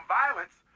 violence